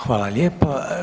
Hvala lijepo.